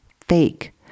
fake